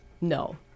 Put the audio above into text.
No